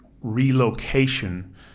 relocation